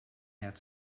had